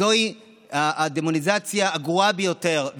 זוהי הדמוניזציה הגרועה ביותר.